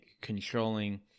controlling